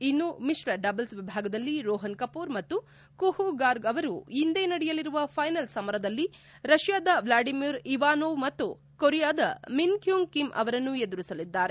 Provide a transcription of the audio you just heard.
ಇನ್ನು ಮಿತ್ರ ಡಬಲ್ಸ್ ವಿಭಾಗದಲ್ಲಿ ರೋಪನ್ ಕಪೂರ್ ಮತ್ತು ಕುಪೂ ಗಾರ್ಗ್ ಅವರು ಇಂದೇ ನಡೆಯಲಿರುವ ಫೈನಲ್ ಸಮರದಲ್ಲಿ ರಷ್ಠಾದ ವ್ಲಾಡಿಮಿರ್ ಇವಾನೋವ್ ಮತ್ತು ಕೊರಿಯಾದ ಮಿನ್ ಕ್ಯೂಂಗ್ ಕಿಮ್ ಅವರನ್ನು ಎದುರಿಸಲಿದ್ದಾರೆ